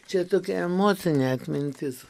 čia tokia emocinė atmintis